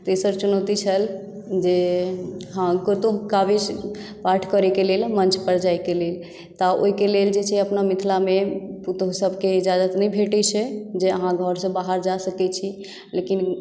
तेसर चुनौती छल जे हँ कतहुँ काव्य पाठ करैकेँ लेल मञ्च पर जायके लेल तऽ ओहिकेँ लेल छै अपना मिथिलामे पुतहु सभकेँ इजाजत नहि भेटै छै जे यहाँ घरसँ बाहर जा सकै छी लेकिन